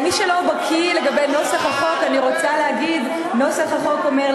למי שלא בקי בנוסח החוק אני רוצה להגיד שנוסח החוק אומר,